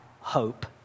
hope